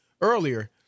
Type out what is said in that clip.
earlier